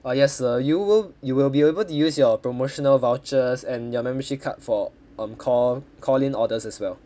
ah yes sir you will you will be able to use your promotional vouchers and your membership card for um call call in orders as well